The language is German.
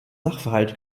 sachverhalt